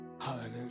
Hallelujah